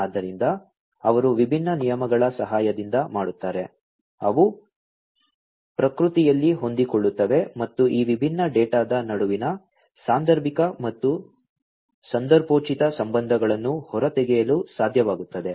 ಆದ್ದರಿಂದ ಅವರು ವಿಭಿನ್ನ ನಿಯಮಗಳ ಸಹಾಯದಿಂದ ಮಾಡುತ್ತಾರೆ ಅವು ಪ್ರಕೃತಿಯಲ್ಲಿ ಹೊಂದಿಕೊಳ್ಳುತ್ತವೆ ಮತ್ತು ಈ ವಿಭಿನ್ನ ಡೇಟಾದ ನಡುವಿನ ಸಾಂದರ್ಭಿಕ ಮತ್ತು ಸಂದರ್ಭೋಚಿತ ಸಂಬಂಧಗಳನ್ನು ಹೊರತೆಗೆಯಲು ಸಾಧ್ಯವಾಗುತ್ತದೆ